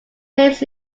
names